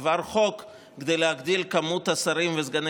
עבר חוק כדי להגדיל את כמות השרים וסגני